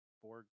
four